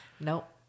Nope